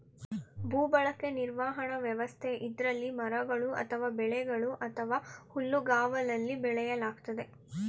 ಭೂಬಳಕೆ ನಿರ್ವಹಣಾ ವ್ಯವಸ್ಥೆ ಇದ್ರಲ್ಲಿ ಮರಗಳು ಅಥವಾ ಬೆಳೆಗಳು ಅಥವಾ ಹುಲ್ಲುಗಾವಲಲ್ಲಿ ಬೆಳೆಯಲಾಗ್ತದೆ